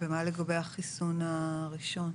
מה לגבי החיסון הראשון?